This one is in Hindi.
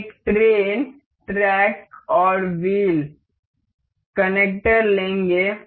हम एक ट्रेन ट्रैक और व्हील कनेक्टर लेंगे